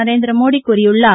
நரேந்திர மோடி கூறியுள்ளார்